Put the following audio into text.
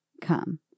come